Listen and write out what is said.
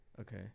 Okay